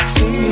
See